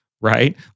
Right